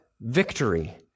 victory